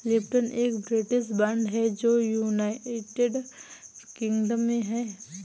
Lipton एक British brand है जो यूनाइटेड किंगडम में है